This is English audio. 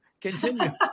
Continue